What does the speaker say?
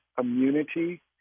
immunity